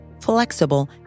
flexible